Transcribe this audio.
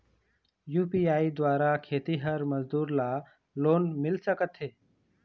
UPI द्वारा खेतीहर मजदूर ला लोन मिल सकथे?